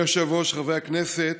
אדוני היושב-ראש, חברי הכנסת,